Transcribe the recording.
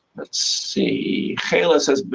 let's see. kayla says, but